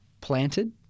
planted